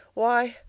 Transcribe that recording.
why,